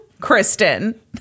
Kristen